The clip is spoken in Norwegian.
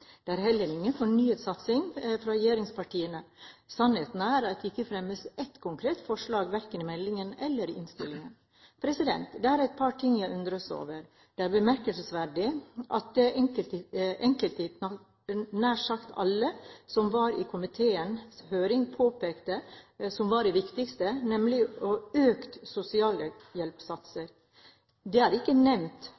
Det er heller ingen fornyet satsing fra regjeringspartiene. Sannheten er at det ikke fremmes ett konkret forslag verken i meldingen eller i innstillingen. Det er et par ting jeg undres over: Det er bemerkelsesverdig at det enkelttiltaket som nær sagt alle som var i komiteens høring påpekte som det viktigste, nemlig